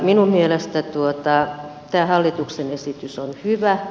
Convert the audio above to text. minun mielestä tämä hallituksen esitys on hyvä